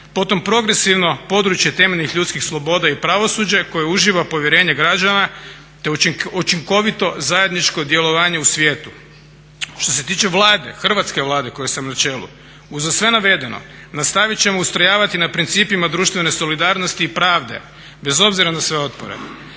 potom progresivno područje temeljnih ljudskih sloboda i pravosuđe koje uživa povjerenje građana te učinkovito zajedničko djelovanje u svijetu. Što se tiče Vlade, Hrvatske Vlade kojoj sam na čelu, uza sve navedeno nastavit ćemo ustrojavati na principima društvene solidarnosti i pravde, bez obzira na sve otpore.